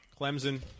Clemson –